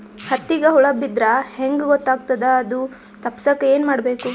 ಹತ್ತಿಗ ಹುಳ ಬಿದ್ದ್ರಾ ಹೆಂಗ್ ಗೊತ್ತಾಗ್ತದ ಅದು ತಪ್ಪಸಕ್ಕ್ ಏನ್ ಮಾಡಬೇಕು?